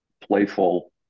playful